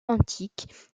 antiques